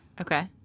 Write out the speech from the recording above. Okay